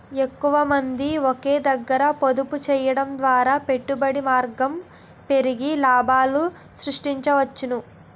ఎక్కువమంది ఒకే దగ్గర పొదుపు చేయడం ద్వారా పెట్టుబడి మార్గం పెరిగి లాభాలు సృష్టించవచ్చు